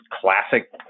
classic